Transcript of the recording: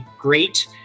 great